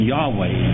Yahweh